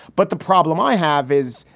but the problem i have is.